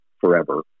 forever